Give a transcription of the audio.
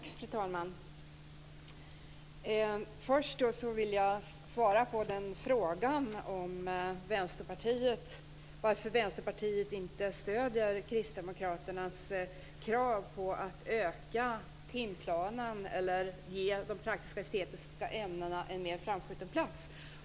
Fru talman! Först vill jag svara på frågan om varför Vänsterpartiet inte stöder Kristdemokraternas krav på att öka timplanen eller ge de praktiska och estetiska ämnena en mer framskjuten plats.